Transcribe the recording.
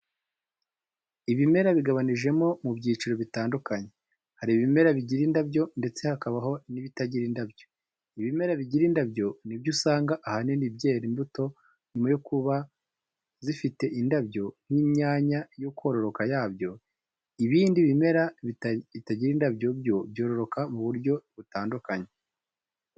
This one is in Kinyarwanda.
Ibimera bigabanije mu byiciro bitandukanye, hari ibimera bigira indabyo ndetse hakabaho n'ibitagira indabyo. Ibimera bigira indabyo ni byo usanga ahanini byera imbuto nyuma yo kuba zifite indabyo nk'imyanya yo kororoka yabyo. Ibindi bimera bitagira indabyo byo byororoka mu buryo butandukanye.